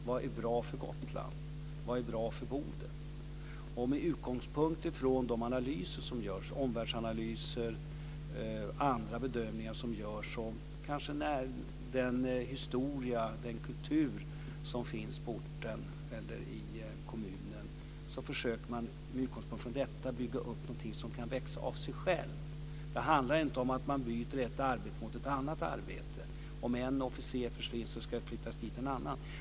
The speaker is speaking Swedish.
Vad är bra för Gotland? Vad är bra för Boden? Med utgångspunkt i de analyser som görs, omvärldsanalyser och andra bedömningar som görs om t.ex. den historia och kultur som finns på orten eller i kommunen, försöker man bygga upp någonting som kan växa av sig själv. Det handlar inte om att man byter ett arbete mot ett annat arbete, om en officer försvinner ska vi flytta dit en annan.